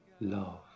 Love